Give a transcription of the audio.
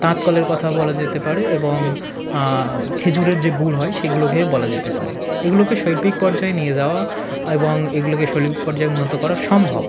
তাঁত কলের কথা বলা যেতে পারে এবং খেজুরের যে গুড় হয় সেগুলোকে বলা যেতে পারে এগুলোকে শৈল্পিক পর্যায়ে নিয়ে যাওয়া এবং এগুলোকে শৈল্পিক পর্যায়ে উন্নত করা সম্ভব